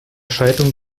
schaltung